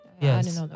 Yes